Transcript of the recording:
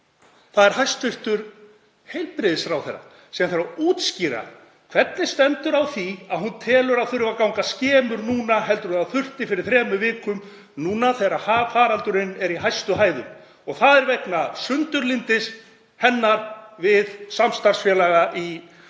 Það er hæstv. heilbrigðisráðherra sem þarf að útskýra hvernig stendur á því að hún telur að ganga þurfi skemur núna en þurfti fyrir þremur vikum, núna þegar faraldurinn er í hæstu hæðum. Og það er vegna sundurlyndis hennar við samstarfsfélaga í